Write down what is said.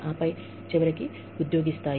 ఆపై చివరికి ఉద్యోగి స్థాయి